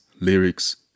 Lyrics